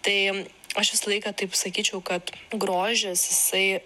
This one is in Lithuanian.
tai aš visą laiką taip sakyčiau kad grožis jisai